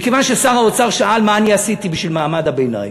מכיוון ששר האוצר שאל מה אני עשיתי בשביל מעמד הביניים.